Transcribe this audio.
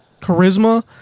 charisma